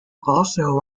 also